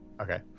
Okay